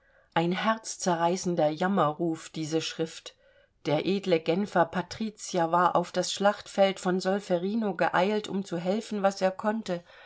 ein herzzerreißender jammerruf diese schrift der edle genfer patrizier war auf das schlachtfeld von solferino geeilt um zu helfen was er konnte